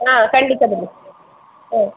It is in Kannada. ಹಾಂ ಖಂಡಿತಾ ಬನ್ನಿ ಹಾಂ